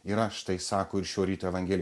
yra štai sako ir šio ryto evangeli